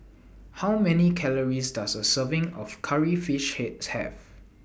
How Many Calories Does A Serving of Curry Fish Head Have